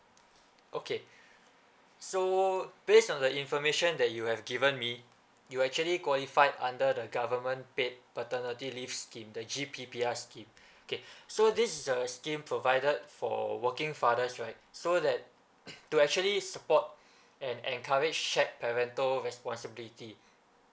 okay so based on the information that you have given me you actually qualified under the government paid paternity leave scheme the G_P_P_L scheme okay so this is a scheme provided for working fathers right so that to actually support and encourage shared parental responsibility